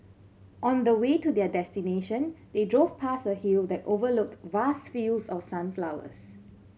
on the way to their destination they drove past a hill that overlooked vast fields of sunflowers